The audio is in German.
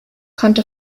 konnte